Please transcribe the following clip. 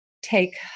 take